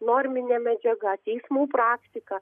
norminė medžiaga teismų praktika